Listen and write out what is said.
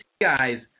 guys